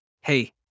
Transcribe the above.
Hey